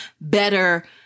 better